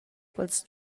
quels